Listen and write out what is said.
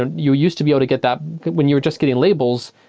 and you used to be able to get that when you're just getting labels.